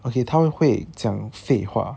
okay 他们会讲废话